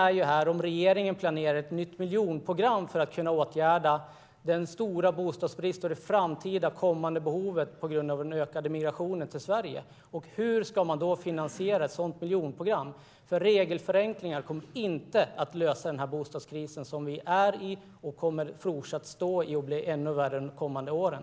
Frågan är om regeringen planerar ett nytt miljonprogram för att kunna åtgärda den stora bostadsbristen och det framtida behovet av bostäder på grund av den ökande migrationen till Sverige. Hur ska man i så fall finansiera miljonprogrammet? Regelförenklingar kommer inte att lösa den bostadskris vi är i, som vi fortsatt kommer att befinna oss i och som dessutom blir ännu värre de kommande åren.